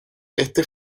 este